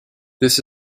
this